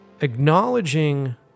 acknowledging